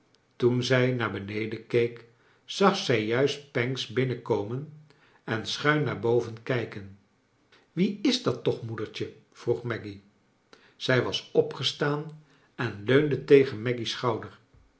toen zij naar beneden keek zag zij juist pancks binnenkomen en schuin naar boven kijken wie is dat toch moedertje vroeg maggy zij was opgestaan en leunde tegen amy's schouder